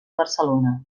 barcelona